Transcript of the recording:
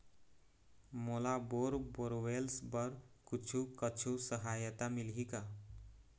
मोला bore borewells बर कुछू कछु सहायता मिलही का?